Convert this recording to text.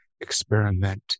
experiment